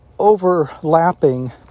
overlapping